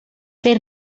per